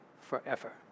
forever